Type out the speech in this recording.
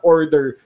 Order